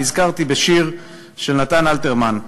נזכרתי בשיר של נתן אלתרמן,